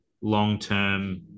long-term